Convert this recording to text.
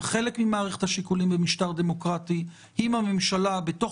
חלק ממערכת השיקולים במשטר דמוקרטי אם הממשלה בתוך